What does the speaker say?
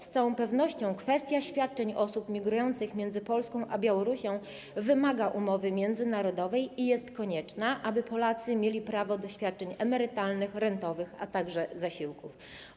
Z całą pewnością kwestia świadczeń osób migrujących między Polską a Białorusią wymaga umowy międzynarodowej i jest konieczna, aby Polacy mieli prawo do świadczeń emerytalnych, rentowych, a także zasiłków.